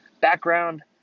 background